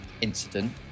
incident